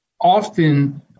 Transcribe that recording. often